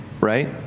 Right